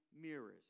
mirrors